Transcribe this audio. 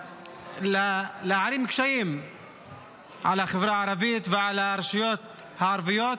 להערים קשיים על החברה הערבית ועל הרשויות הערביות.